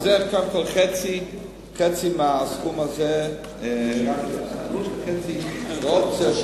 חצי מהסכום הזה זה אופציה,